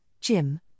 Jim